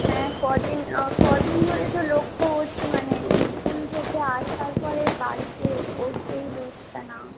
হ্যাঁ কদিন কদিন ধরে তো লক্ষ্য করছি মানে ইস্কুল থেকে আসার পরে বাড়িতে পড়তেই বসছে না